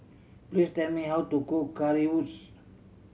please tell me how to cook Currywurst